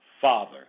Father